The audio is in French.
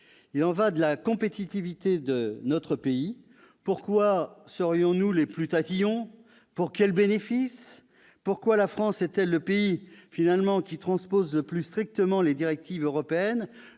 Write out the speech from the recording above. Il y va de la compétitivité de notre pays. Pourquoi serions-nous les plus tatillons ? Pour quel bénéfice ? Pourquoi la France est-elle le pays qui transpose le plus strictement les directives européennes,